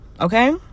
okay